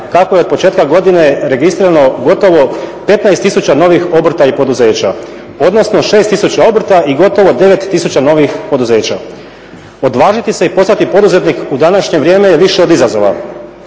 kako je od početka godine registrirano gotovo 15 tisuća novih obrta i poduzeća odnosno 6 tisuća obrta i gotovo 9 tisuća novih poduzeća. Odvažiti se i postati poduzetnik u današnje vrijeme je više od izazova,